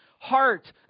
Heart